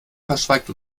verschweigt